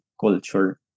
culture